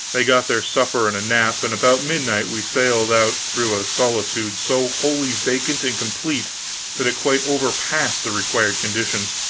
they got their supper and a nap, and about midnight we sallied out through a solitude so wholly vacant and complete that it quite overpassed the required conditions.